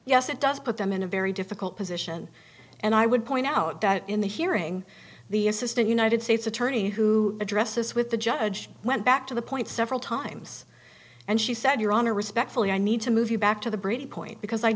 yes it does put them in a very difficult position and i would point out that in the hearing the assistant united states attorney who addresses with the judge went back to the point several times and she said your honor respectfully i need to move you back to the bridge point because i